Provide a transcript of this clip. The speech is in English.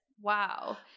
wow